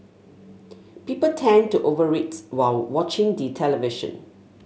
people tend to over eat while watching the television